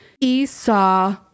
Esau